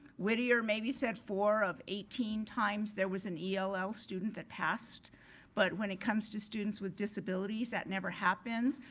whittier maybe said four of eighteen times there was an ell ell student that passed but when it comes to students with disabilities that never happens.